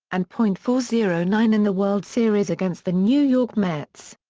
and point four zero nine in the world series against the new york mets.